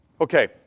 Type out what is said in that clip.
Okay